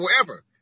forever